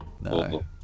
No